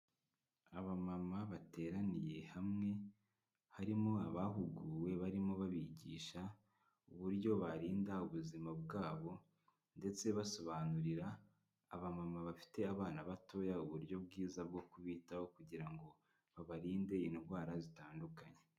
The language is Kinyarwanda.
Aba mama bateraniye hamwe, harimo abahuguwe barimo babigisha, uburyo barinda ubuzima bwabo, ndetse basobanurira, aba mama bafite abana batoya uburyo bwiza bwo kubitaho kugira ngo babarinde indwara zitandukanye.